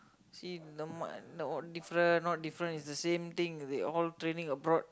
see the much difference not difference it's the same thing they all training abroad